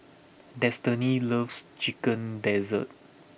Destiny loves Chicken Gizzard